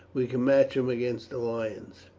we can match him against the lions.